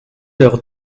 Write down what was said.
leur